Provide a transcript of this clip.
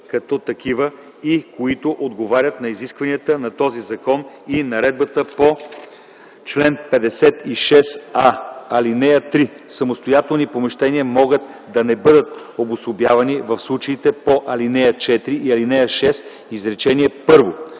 като такива и които отговарят на изискванията на този закон и на Наредбата по чл. 56а, ал. 3. Самостоятелни помещения могат да не бъдат обособявани в случаите по ал. 4 и ал. 6, изречение